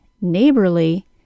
NEIGHBORLY